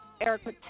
Erica